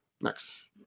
Next